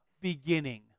beginning